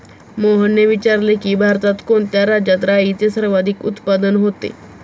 मोहनने विचारले की, भारतात कोणत्या राज्यात राईचे सर्वाधिक उत्पादन होते?